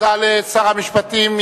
תודה לשר המשפטים.